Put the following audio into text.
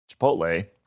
chipotle